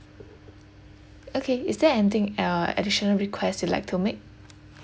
okay is there anything uh additional request you'd like to make